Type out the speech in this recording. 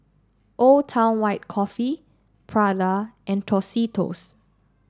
Old Town White Coffee Prada and Tostitos